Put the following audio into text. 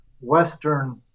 Western